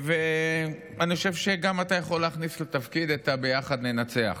ואני חושב שאתה גם יכול להכניס לתפקיד את ה"ביחד ננצח".